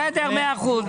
בסדר, מאה אחוז.